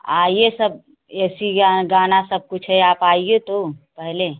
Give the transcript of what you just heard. आइए सब ऐसी या गाना सब कुछ है आप आइए तो पहले